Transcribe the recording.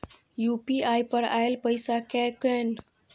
UPI पर आएल पैसा कै कैन?